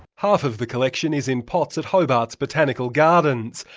half of the collection is in pots at hobart's botanical gardens,